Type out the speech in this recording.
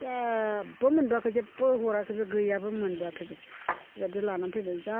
जेबो मोनबोआखै जेबो हराखै गैयाबो मोनबोआखैबो बेबायदि लानानै फैबाय आं जा